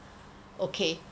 okay